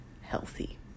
healthy